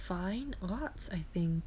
fine arts I think